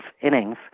innings